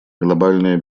глобальная